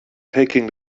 taking